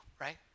right